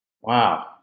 Wow